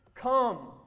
Come